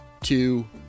two